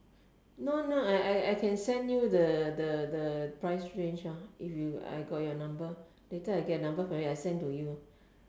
no no I I I can send you the the the price range lor if you I got your number later I get your number from you I send to you